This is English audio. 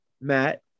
Matt